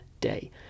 day